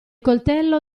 coltello